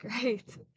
Great